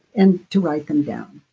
and to write them down.